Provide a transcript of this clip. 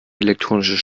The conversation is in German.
elektronisches